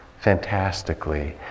fantastically